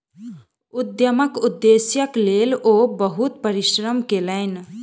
उद्यमक उदेश्यक लेल ओ बहुत परिश्रम कयलैन